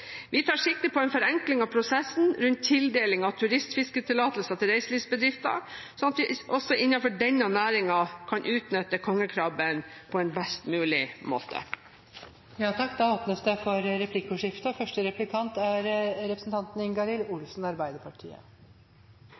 Vi tar sikte på en forenkling av prosessen rundt tildeling av turistfisketillatelser til reiselivsbedrifter, slik at vi også innenfor denne næringen kan utnytte kongekrabben på en best mulig måte. Det åpnes for replikkordskifte. Saksordfører Frank Bakke-Jensen sa at forvaltningen er